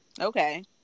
Okay